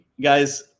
guys